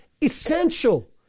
essential